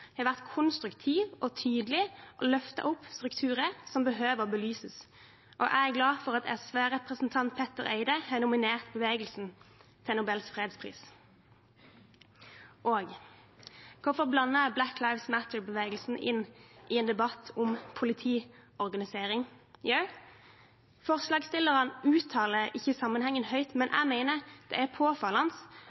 har vært konstruktiv og tydelig og løftet opp strukturer som behøver å belyses, og jeg er glad for at SV-representant Petter Eide har nominert bevegelsen til Nobels fredspris. Hvorfor blander jeg Black Lives Matter-bevegelsen inn i en debatt om politiorganisering? Jo, forslagsstillerne uttaler ikke sammenhengen høyt, men jeg mener det er påfallende